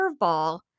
curveball